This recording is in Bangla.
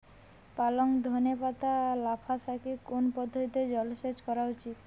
পালং ধনে পাতা লাফা শাকে কোন পদ্ধতিতে জল সেচ করা উচিৎ?